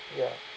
ya